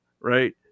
Right